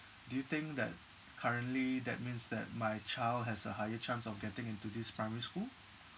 do you think that currently that means that my child has a higher chance of getting into this primary school